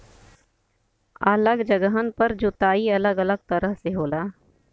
अलग जगहन पर जोताई अलग अलग तरह से होला